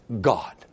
God